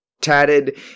tatted